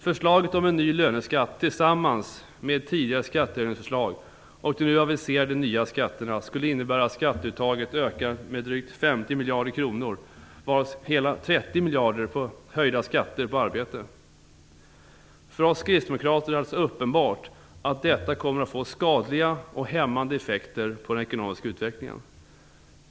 Förslaget om en ny löneskatt tillsammans med tidigare skattehöjningsförslag och de nu aviserade nya skatterna skulle innebära att skatteuttaget ökade med drygt 50 miljarder kronor, varav hela 30 miljarder utgörs av höjda skatter på arbete. För oss kristdemokrater är det alldeles uppenbart att detta kommer att få skadliga och hämmande effekter på den ekonomiska utvecklingen.